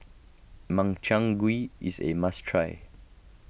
Makchang Gui is a must try